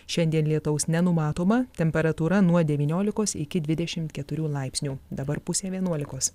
šiandien lietaus nenumatoma temperatūra nuo devyniolikos iki dvidešimt keturių laipsnių dabar pusė vienuolikos